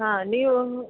ಹಾಂ ನೀವು